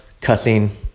cussing